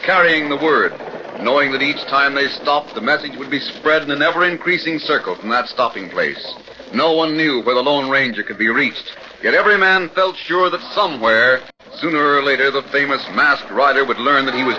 carrying the word knowing that each time they stopped the message would be spread in an ever increasing circle and that stopping place no one knew where the lone ranger could be reached and every man felt sure that somewhere sooner or later the famous masked rider would learn that he was